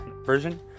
version